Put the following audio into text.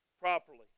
properly